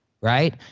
right